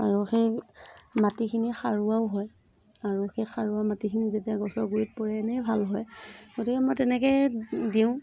আৰু সেই মাটিখিনি সাৰুৱাও হয় আৰু সেই সাৰুৱা মাটিখিনি যেতিয়া গছৰ গুৰিত পৰে এনেই ভাল হয় গতিকে মই তেনেকৈয়ে দিওঁ